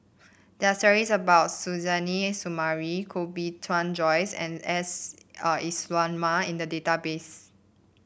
there are stories about Suzairhe Sumari Koh Bee Tuan Joyce and S Iswaran in the database